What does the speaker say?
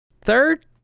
third